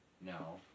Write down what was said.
No